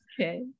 Okay